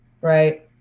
Right